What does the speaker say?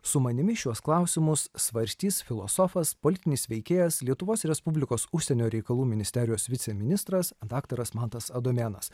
su manimi šiuos klausimus svarstys filosofas politinis veikėjas lietuvos respublikos užsienio reikalų ministerijos viceministras daktaras mantas adomėnas